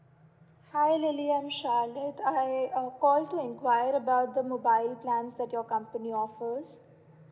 hi lily I'm charlotte I uh call to enquire about the mobile plans that your company offers